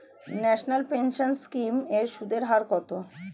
National pension scheme এর সুদের হার কত?